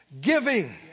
giving